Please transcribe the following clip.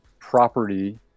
property